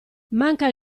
manca